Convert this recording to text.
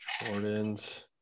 Jordans